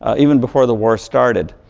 even before the war started.